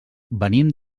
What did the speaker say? venim